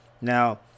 Now